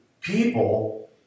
people